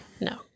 no